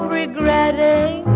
regretting